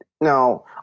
Now